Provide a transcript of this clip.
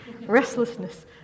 restlessness